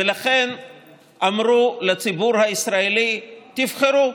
ולכן אמרו לציבור הישראלי: תבחרו: